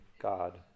God